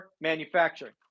manufacturing